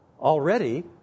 Already